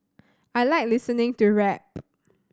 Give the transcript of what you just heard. I like listening to rap